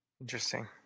interesting